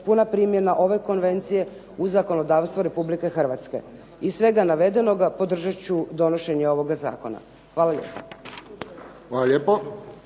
puna primjena ove konvencije u zakonodavstvo Republike Hrvatske. Iz svega navedenoga podržat ću donošenje ovog zakona. Hvala lijepa.